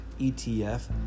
ETF